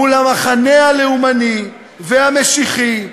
מול המחנה הלאומני והמשיחי,